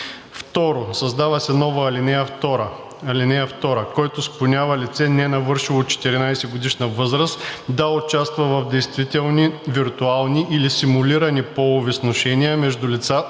2. Създава се нова ал. 2: „(2) Който склонява лице, ненавършило 14-годишна възраст, да участва в действителни, виртуални или симулирани полови сношения между лица